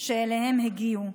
שאליהן הגיעו.